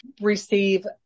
receive